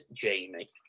Jamie